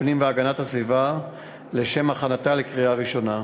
הפנים והגנת הסביבה לשם הכנתה לקריאה ראשונה.